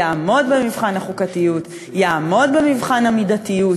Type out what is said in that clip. יעמוד במבחן החוקתיות, יעמוד במבחן המידתיות.